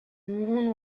moon